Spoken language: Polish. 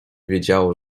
wiedziało